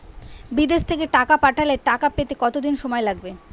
বিদেশ থেকে টাকা পাঠালে টাকা পেতে কদিন সময় লাগবে?